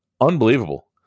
unbelievable